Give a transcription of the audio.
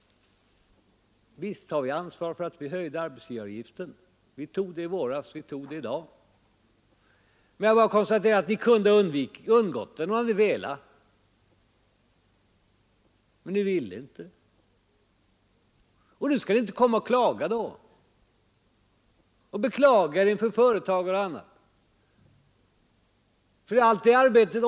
Visst har vi ansvar för att vi höjde arbetsgivaravgiften. Vi tog det ansvaret i våras, och vi tar det i dag. Men jag konstaterar att ni kunde ha undgått arbetsgivaravgiften, om ni hade velat. Men ni ville inte. Och då skall ni inte komma och klaga nu. Ni skall inte beklaga er över arbetsgivaravgiften inför företagare och andra.